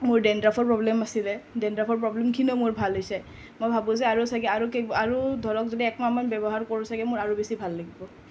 মোৰ ডেনড্ৰফৰ প্ৰব্লেম আছিলে ডেনড্ৰফৰ প্ৰব্লেমখিনিও মোৰ ভাল হৈছে মই ভাবোঁ যে আৰু চাগে আৰু আৰু ধৰক যদি একমাহমান ব্যৱহাৰ কৰোঁ চাগে মোৰ আৰু বেছি ভাল লাগিব